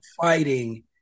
fighting